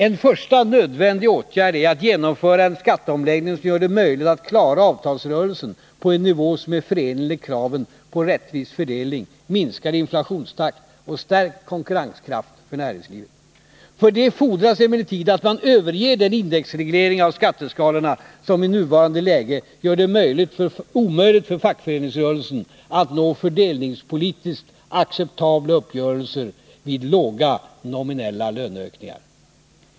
En första nödvändig åtgärd är att genomföra en skatteomläggning som gör det möjligt att klara avtalsrörelsen på en nivå som är förenlig med kraven på en rättvis fördelning, minskad inflationstakt och stärkt konkurrenskraft för näringslivet. För det fordras emellertid att man överger den indexreglering av skatteskalorna som i nuvarande läge gör det omöjligt för fackföreningsrörelsen att nå fördelningspolitiskt acceptabla uppgörelser vid låga nominella löneökningar.